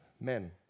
men